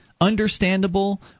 understandable